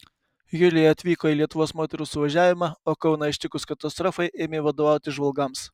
julija atvyko į lietuvos moterų suvažiavimą o kauną ištikus katastrofai ėmė vadovauti žvalgams